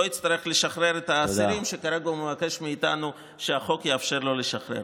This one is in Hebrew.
לא יצטרך לשחרר את האסירים שכרגע הוא מבקש מאיתנו שהחוק יאפשר לו לשחרר.